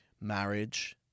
marriage